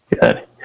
Good